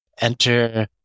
enter